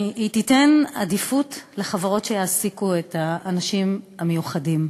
היא תיתן עדיפות לחברות שיעסיקו את האנשים המיוחדים.